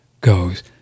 goes